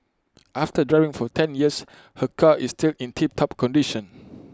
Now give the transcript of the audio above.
after driving for ten years her car is still in tip top condition